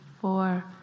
four